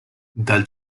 dal